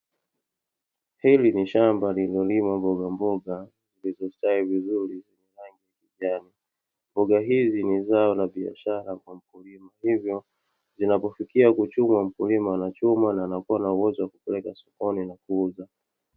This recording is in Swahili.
Hili ni shamba lililolimwa mboga mboga zikistawi vizuri zenye rangi ya kijani. Mboga hizi ni zao la biashara kwa mkulima, hivyo zinapofikia kuchumwa mkulima ana chuma na anakuwa na uwezo wakupeleka sokoni na kuuza.